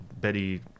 Betty